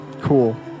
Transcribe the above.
Cool